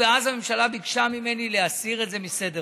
ואז הממשלה ביקשה ממני להסיר את זה מסדר-היום.